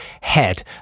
head